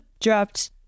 dropped